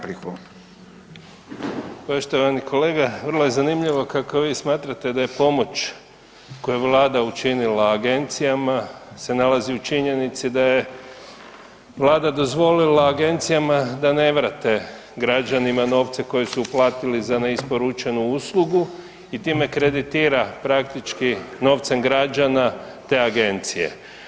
Poštovani kolega, vrlo je zanimljivo kako vi smatrate da je pomoć koju je Vlada učinila Agencijama se nalazi u činjenici da je Vlada dozvolila Agencijama da ne vrate građanima novce koje su uplatili za neisporučenu uslugu i time kreditira praktički, novcem građana te Agencije.